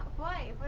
why?